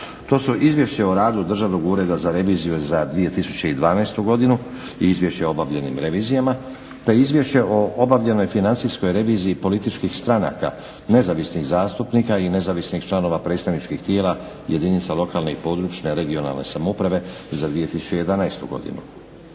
- Izvješće o radu Državnog ureda za reviziju za 2012. godinu i izvješće o obavljenim revizijama - Izvješće o obavljenoj financijskoj reviziji političkih stranaka, nezavisnih zastupnika i nezavisnih članova predstavničkih tijela jedinica lokalne i područne samouprave za 2011. godinu.